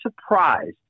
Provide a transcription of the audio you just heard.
surprised